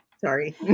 Sorry